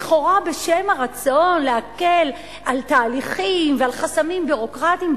לכאורה בשם הרצון להקל תהליכים וחסמים ביורוקרטיים,